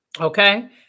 Okay